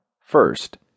First